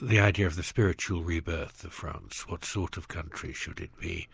the idea of the spiritual rebirth of france, what sort of country should it be,